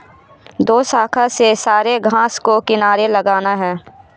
दोशाखा से सारे घास को किनारे लगाना है